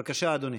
בבקשה, אדוני.